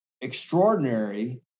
extraordinary